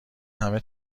همه